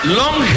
long